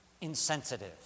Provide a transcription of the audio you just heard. insensitive